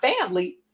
family